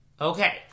okay